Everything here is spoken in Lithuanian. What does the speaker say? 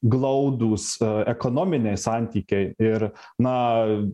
glaudūs ekonominiai santykiai ir na